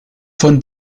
von